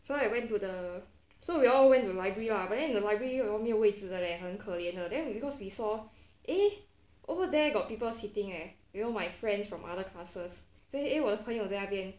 so I went to the so we all went to library lah but then the library 没有位置的 leh 很可怜的 then we because we saw eh over there got people sitting leh you know my friends from other classes 所以 eh 我的朋友在那边